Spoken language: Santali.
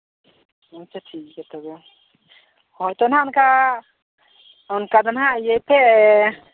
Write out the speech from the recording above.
ᱟᱪᱪᱷᱟ ᱴᱷᱤᱠ ᱜᱮᱭᱟ ᱛᱚᱵᱮ ᱦᱚᱭᱛᱳ ᱱᱟᱦᱟᱸᱜ ᱚᱱᱠᱟ ᱚᱱᱠᱟ ᱫᱚ ᱱᱟᱦᱟᱸᱜ ᱤᱭᱟᱹᱭ ᱯᱮ